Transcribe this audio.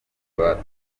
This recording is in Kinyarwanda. batanze